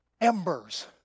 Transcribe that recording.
embers